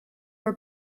were